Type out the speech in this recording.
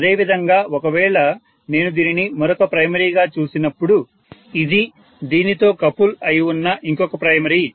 అదేవిధంగా ఒకవేళ నేను దీనిని మరొక ప్రైమరీగా చూసినప్పుడు ఇది దీనితో కపుల్ అయివున్న ఇంకొక ప్రైమరీ